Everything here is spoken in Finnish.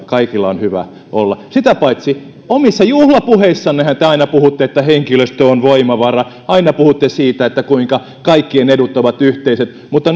kaikilla on hyvä olla sitä paitsi omissa juhlapuheissannehan te aina puhutte että henkilöstö on voimavara aina puhutte siitä kuinka kaikkien edut ovat yhteiset mutta